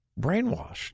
brainwashed